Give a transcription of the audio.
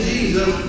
Jesus